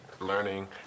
learning